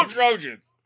Trojans